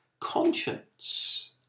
conscience